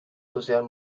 social